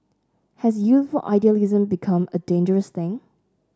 has youthful idealism become a dangerous thing